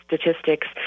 statistics